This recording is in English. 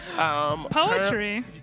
Poetry